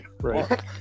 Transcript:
right